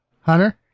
Hunter